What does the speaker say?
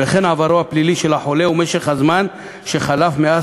וכן עברו הפלילי של החולה ומשך הזמן שחלף מאז